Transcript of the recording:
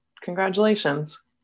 Congratulations